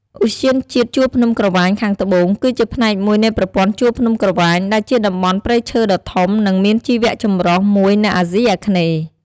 ឧទ្យានជាតិជួរភ្នំក្រវាញខាងត្បូង គឺជាផ្នែកមួយនៃប្រព័ន្ធជួរភ្នំក្រវាញដែលជាតំបន់ព្រៃឈើដ៏ធំ និងមានជីវៈចម្រុះមួយនៅអាស៊ីអាគ្នេយ៍។